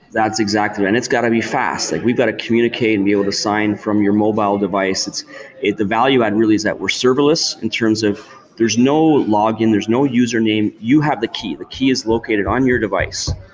that's exactly and it's got to be fast. like we got to communicate and be able to sign from your mobile device. the value ad really is that we're serverless in terms of there's no login, there's no username. you have the key. the key is located on your device.